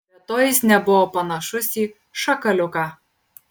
be to jis nebuvo panašus į šakaliuką